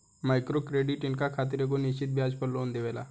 micro credit इनका खातिर एगो निश्चित ब्याज दर पर लोन देवेला